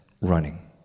running